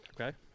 Okay